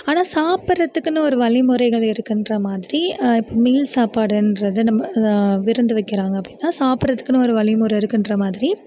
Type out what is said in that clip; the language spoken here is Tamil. ஆனால் சாப்பிட்றதுக்குனு ஒரு வழிமுறைகள் இருக்குதுன்ற மாதிரி இப்போ மீல்ஸ் சாப்பாடுன்றது நம்ம விருந்து வைக்கிறாங்கள் அப்படினா சாப்பிட்றதுக்குனு ஒரு வழிமுறை இருக்குதுன்ற மாதிரி